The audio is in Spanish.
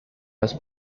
los